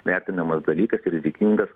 vertinamas dalykas rizikingas